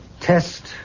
test